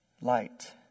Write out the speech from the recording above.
light